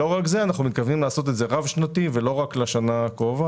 לא רק זה אלא שאנחנו מתכוונים לעשות את זה רב שנתי ולא רק לשנה הקרובה.